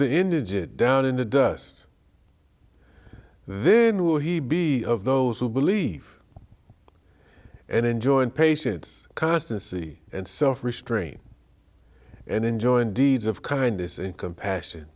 indigent down in the dust then will he be of those who believe and enjoy and patience constancy and self restraint and enjoined deeds of kindness and compassion